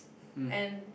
and